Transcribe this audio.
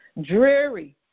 dreary